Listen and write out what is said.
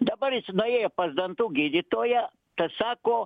dabar jis nuėjo pas dantų gydytoją tas sako